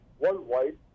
worldwide